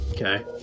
Okay